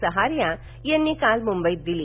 सहारिया यांनी काल मुंबईत दिली